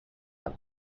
are